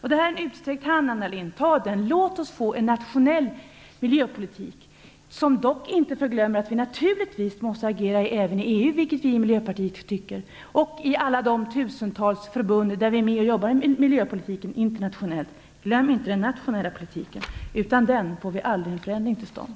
Detta är en utsträckt hand, Anna Lindh. Ta den! Låt oss få en nationell miljöpolitik som dock inte förglömmer att vi naturligtvis även måste agera i EU! Det tycker vi i Miljöpartiet. Vi måste också agera i alla de tusentals förbund där vi jobbar internationellt med miljöpolitik. Glöm inte den nationella politiken! Utan den får vi aldrig en förändring till stånd.